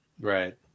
Right